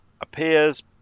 appears